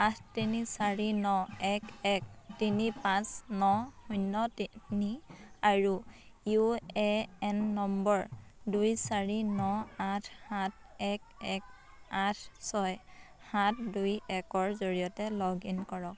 আঠ তিনি চাৰি ন এক এক তিনি পাঁচ ন শূন্য তিনি আৰু ইউ এ এন নম্বৰ দুই চাৰি ন আঠ সাত এক এক আঠ ছয় সাত দুই একৰ জৰিয়তে লগ ইন কৰক